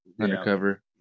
undercover